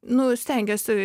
nu stengiuosi